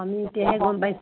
আমি এতিয়াহে গম পাইছোঁ